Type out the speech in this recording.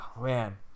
man